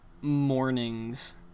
mornings